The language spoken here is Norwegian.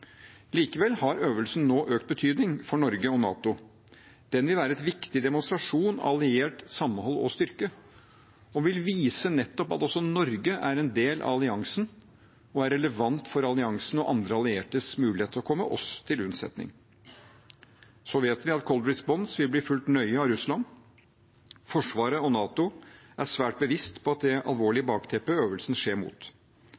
Likevel har øvelsen nå økt betydning for Norge og NATO. Den vil være en viktig demonstrasjon av alliert samhold og styrke og vil vise nettopp at også Norge er en del av alliansen, og den er relevant for alliansen og andre alliertes mulighet til å komme oss til unnsetning. Vi vet at Cold Response vil bli fulgt nøye av Russland. Forsvaret og NATO er svært bevisst på det alvorlige bakteppet øvelsen skjer mot. Det